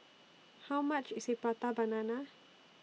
How much IS Prata Banana